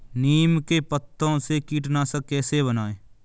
नीम के पत्तों से कीटनाशक कैसे बनाएँ?